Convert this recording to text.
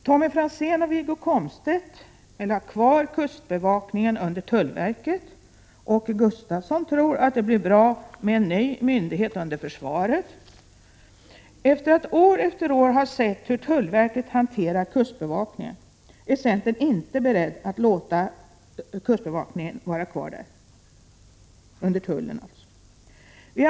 Tommy Franzén och Wiggo Komstedt vill ha kvar kustbevakningen under tullverket. Åke Gustavsson tror att det blir bra med en ny myndighet under försvaret. Efter att år efter år ha sett hur tullverket hanterar kustbevakningen är vi inom centern inte beredda att låta kustbevakningen ligga kvar under tullverket.